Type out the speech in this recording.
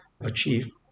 achieve